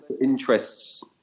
interests